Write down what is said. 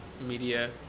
media